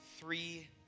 three